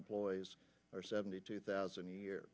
employees are seventy two thousand a year